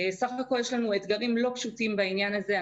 בסך הכול יש לנו אתגרים לא פשוטים בעניין הזה.